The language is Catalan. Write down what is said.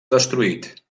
destruït